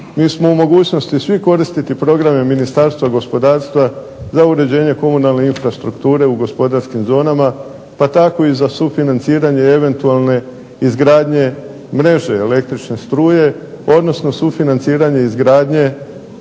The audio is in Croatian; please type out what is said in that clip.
mi smo u mogućnosti svi koristiti programe Ministarstva gospodarstva za uređenje komunalne infrastrukture u gospodarskim zonama, pa tako i za sufinanciranje eventualne izgradnje mreže električne struje, odnosno sufinanciranje izgradnje